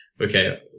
okay